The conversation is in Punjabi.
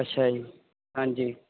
ਅੱਛਾ ਜੀ ਹਾਂਜੀ